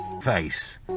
face